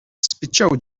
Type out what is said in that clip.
spiċċaw